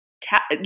tap